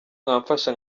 mwamfasha